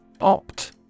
Opt